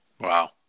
Wow